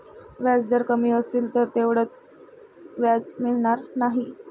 व्याजदर कमी असतील तर तेवढं व्याज मिळणार नाही